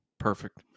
Perfect